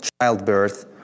childbirth